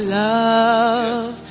love